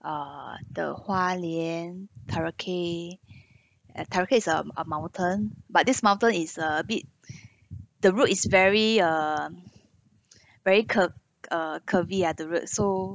uh the hua lian taroke is a a mountain but this mountain is uh a bit the road is very err very cur~ uh curvy ah the road so